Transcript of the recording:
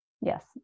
Yes